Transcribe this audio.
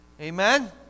Amen